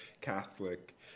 catholic